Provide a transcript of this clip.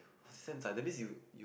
since that means you